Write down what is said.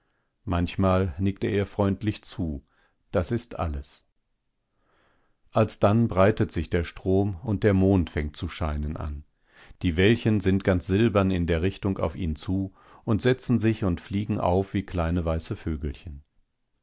manchmal nickt er ihr freundlich zu das ist alles alsdann breitet sich der strom und der mond fängt zu scheinen an die wellchen sind ganz silbern in der richtung auf ihn zu und setzen sich und fliegen auf wie kleine weiße vögelchen